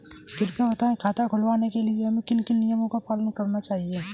कृपया बताएँ खाता खुलवाने के लिए हमें किन किन नियमों का पालन करना चाहिए?